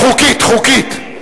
חוקית, חוקית.